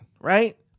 right